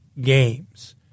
games